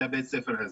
לבית הספר הזה.